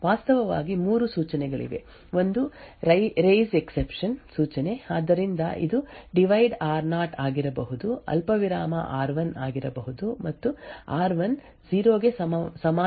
ವಾಸ್ತವವಾಗಿ 3 ಸೂಚನೆಗಳಿವೆ ಒಂದು ರೈಸ್ ಎಕ್ಸೆಪ್ಶನ್ ಸೂಚನೆ ಆದ್ದರಿಂದ ಇದು ಡಿವೈಡ್ ಆರ್0 ಆಗಿರಬಹುದು ಅಲ್ಪವಿರಾಮ ಆರ್1 ಆಗಿರಬಹುದು ಮತ್ತು ಆರ್1 0 ಗೆ ಸಮಾನವಾಗಿರುವ ಸಂದರ್ಭದಲ್ಲಿ ನಾವು ಹೊಂದಿದ್ದೇವೆ ಸ್ಥಳ ಡೇಟಾ ಟೈಮ್ಸ್ 4096 ನಲ್ಲಿ ರಚನೆಗೆ ಮೆಮೊರಿ ಪ್ರವೇಶ